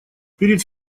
перед